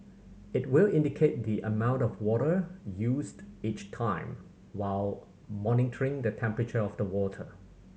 it will indicate the amount of water used each time while monitoring the temperature of the water